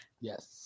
Yes